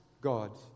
God